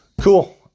Cool